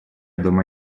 дома